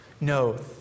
No